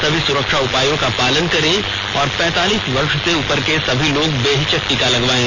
सभी सुरक्षा उपायों का पालन करें और पैंतालीस वर्ष से उपर के सभी लोग बेहिचक टीका लगवायें